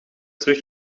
terug